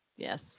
Yes